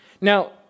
Now